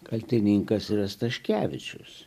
kaltininkas yra staškevičius